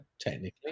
technically